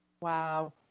wow